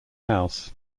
house